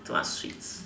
too much sweets